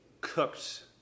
cooked